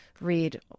read